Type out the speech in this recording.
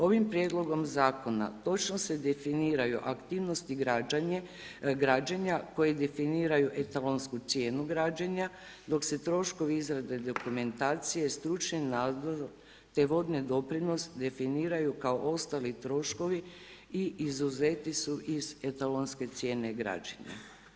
Ovim prijedlogom zakona točno se definiraju aktivnosti građenja koji definiraju etalonsku cijenu građenja, dok se troškovi izrade dokumentacije, stručni … [[Govornica se ne razumije.]] te vodne doprinos definiraju kao ostali troškovi i izuzeti su iz etalonske cijene građi.